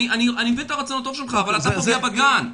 אני מבין את הרצון הטוב שלך, אבל אתה פוגע בגן.